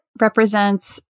represents